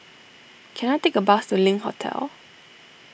can I take a bus to Link Hotel